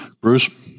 Bruce